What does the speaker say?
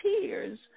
tears